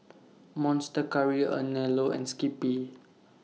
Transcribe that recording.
Monster Curry Anello and Skippy